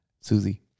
Susie